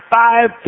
five